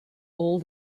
all